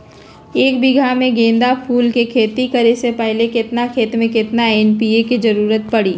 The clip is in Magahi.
एक बीघा में गेंदा फूल के खेती करे से पहले केतना खेत में केतना एन.पी.के के जरूरत परी?